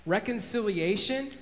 Reconciliation